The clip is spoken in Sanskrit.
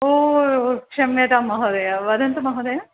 ओ क्षम्यतां महोदया वदन्तु महोदया